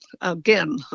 again